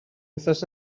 wythnos